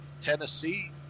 Tennessee